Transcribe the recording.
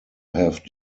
have